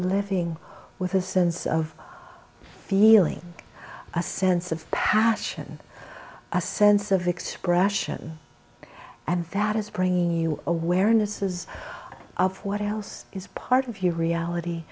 living with a sense of feeling a sense of passion a sense of expression and that is bringing you awareness is of what else is part